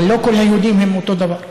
אבל לא כל היהודים הם אותו דבר,